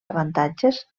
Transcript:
avantatges